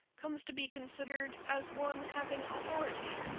comes to be considered as one having authority,